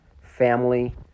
family